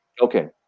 Okay